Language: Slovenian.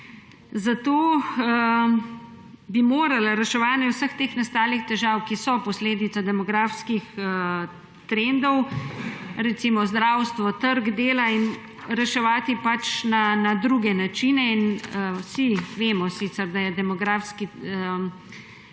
Zato bi moralo reševanje vseh teh nastalih težav, ki so posledica demografskih trendov, recimo zdravstvo, trg dela, reševati na druge načine. Vsi sicer vemo, da je demografski sklad